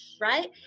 right